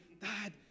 Dad